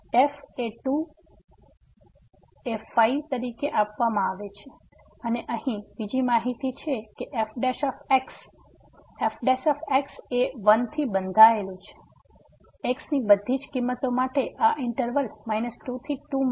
f એ 2 એ 5 તરીકે આપવામાં આવે છે અને અહીં બીજી માહિતી છે કે f f એ 1 થી બંધાયેલું છે x ની બધીજ કિમંતો માટે આ ઈંટરવલ 2 થી 2 માં